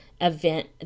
event